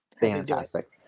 fantastic